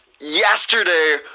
Yesterday